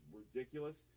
ridiculous